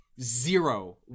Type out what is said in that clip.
zero